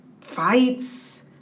Fights